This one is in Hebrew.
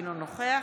אינו נוכח